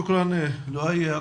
תודה, לואי.